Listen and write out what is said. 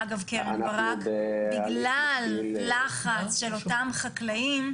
אגב, קרן ברק, בגלל לחץ של אותם חקלאים.